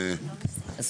אני פותח את ישיבת הוועדה,